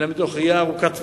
אלא מתוך ראייה ארוכת טווח,